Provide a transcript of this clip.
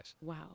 Wow